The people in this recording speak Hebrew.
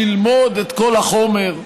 ללמוד את כל החומר,